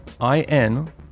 I-N